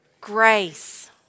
grace